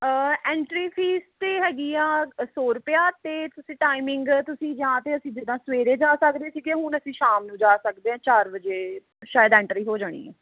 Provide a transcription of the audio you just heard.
entry fee ਤਾਂ ਹੈਗੀ ਆ ਸੌ ਰੁਪਿਆ ਅਤੇ ਤੁਸੀਂ ਟਾਈਮਿੰਗ ਤੁਸੀਂ ਜਾਂ ਤਾਂ ਅਸੀਂ ਜਿੱਦਾਂ ਸਵੇਰੇ ਜਾ ਸਕਦੇ ਸੀਗੇ ਹੁਣ ਅਸੀਂ ਸ਼ਾਮ ਨੂੰ ਜਾ ਸਕਦੇ ਹਾਂ ਚਾਰ ਵਜੇ ਸ਼ਾਇਦ ਐਂਟਰੀ ਹੋ ਜਾਣੀ ਆ